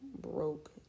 broke